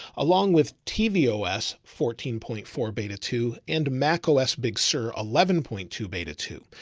along with tvos fourteen point four, beta two and macos big sur eleven point two beta two.